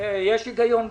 יש היגיון בזה.